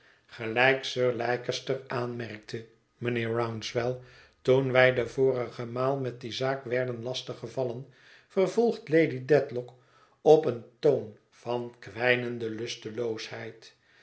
sir leicester aanmerkte mijnheer rouncewell toen wij de vorige maal met die zaak werden lastig gevallen vervolgt lady dedlock op een toon van kwijnende